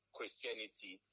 Christianity